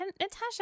Natasha